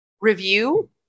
review